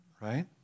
right